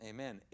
Amen